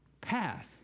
path